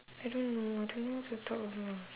I don't know I don't know what to talk also